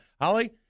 Holly